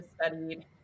studied